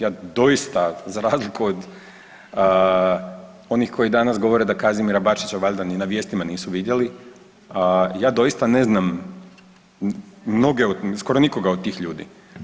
Ja doista za razliku od onih koji danas govore da Kazimira Bačića valjda ni na vijestima nisu vidjeli, ja doista ne znam mnoge od, skoro nikoga od tih ljudi.